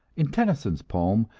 in tennyson's poem,